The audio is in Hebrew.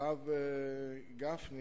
אני אומר לך ביושר רב,